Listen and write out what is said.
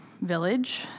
village